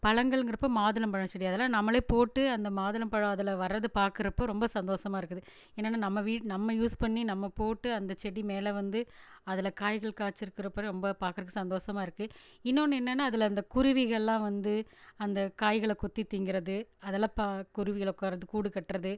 பழங்கள்ங்கிறப்போ மாதுளம்பழம் செடி அதெலாம் நம்மளே போட்டு அந்த மாதுளம்பழம் அதில் வரது பார்க்குறப்ப ரொம்ப சந்தோசமாக இருக்குது என்னன்னா நம்ம வீட் நம்ம யூஸ் பண்ணி நம்ம போட்டு அந்த செடி மேலே வந்து அதில் காய்கள் காய்ச்சிருக்குறப்போ ரொம்ப பார்க்கறக்கு சந்தோசமாக இருக்கு இன்னோன்று என்னன்னா அதில் அந்த குருவிகள்லாம் வந்து அந்த காய்களை கொத்தி திங்கிறது அதெலாம் பா குருவிகள் உட்கார்றது கூடு கட்டுறது